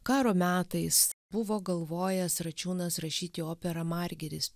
karo metais buvo galvojęs račiūnas rašyti operą margiris